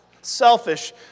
selfish